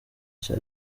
cya